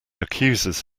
accuses